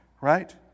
right